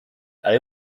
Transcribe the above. برای